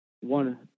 One